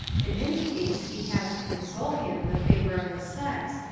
in any case he has to console him the favour of the sex,